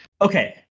Okay